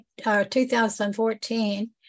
2014